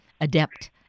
adept